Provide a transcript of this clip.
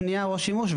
הבנייה והשימוש,